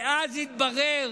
ואז התברר